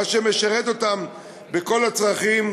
מה שמשרת אותם בכל הצרכים,